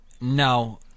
No